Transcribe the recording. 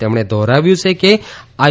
તેમણે દોહરાવ્યું છે કે આઇ